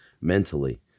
mentally